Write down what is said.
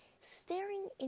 staring